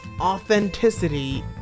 authenticity